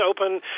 open